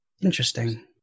Interesting